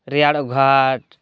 ᱨᱮᱭᱟᱲᱚᱜ ᱜᱷᱟᱴ